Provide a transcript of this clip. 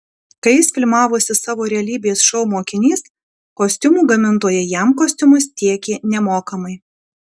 kai jis filmavosi savo realybės šou mokinys kostiumų gamintojai jam kostiumus tiekė nemokamai